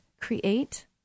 create